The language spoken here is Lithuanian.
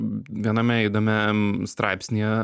viename įdomiam straipsnyje